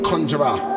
Conjurer